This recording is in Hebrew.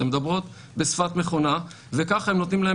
הן מדברות בשפת מכונה וככה הם נותנים להן